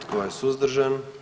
Tko je suzdržan?